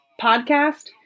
podcast